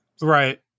right